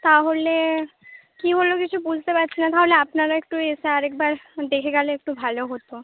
তাহলে কী হল কিছু বুঝতে পারছিনা তাহলে আপনারা একটু এসে আরেকবার দেখে গেলে একটু ভালো হত